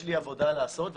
יש לי עבודה לעשות,